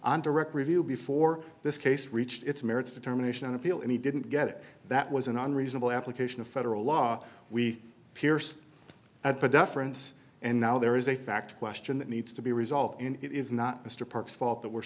direct review before this case reached its merits determination on appeal and he didn't get it that was an unreasonable application of federal law we pierce at the deference and now there is a fact question that needs to be resolved in it is not mr parks fault that we're